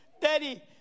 Daddy